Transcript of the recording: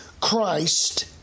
Christ